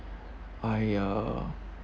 I uh